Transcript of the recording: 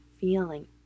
feeling